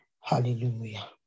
Hallelujah